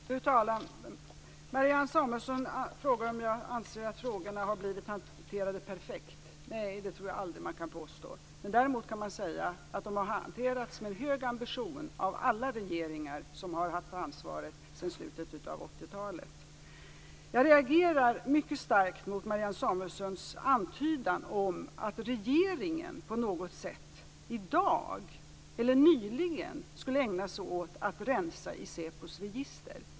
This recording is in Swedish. Fru talman! Marianne Samuelsson frågar om jag anser att frågorna har blivit hanterade perfekt. Nej, det tror jag att man aldrig kan påstå. Däremot kan man säga att de har hanterats med hög ambition av alla regeringar som har haft ansvaret sedan slutet av Jag reagerar mycket starkt mot Marianne Samuelssons antydan om att regeringen på något sätt i dag, eller nyligen, skulle ägna sig åt att rensa i säpos register.